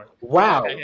wow